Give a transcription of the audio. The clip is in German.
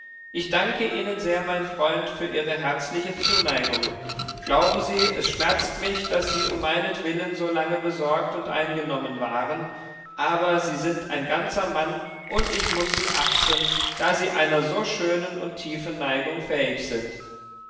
ich danke ihnen sehr mein freund für ihre herzliche zuneigung glauben sie es schmerzt mich daß sie um meinetwillen so lange besorgt und eingenommen waren aber sie sind ein ganzer mann und ich muß sie achten da sie einer so schönen und tiefen neigung fähig sind